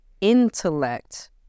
intellect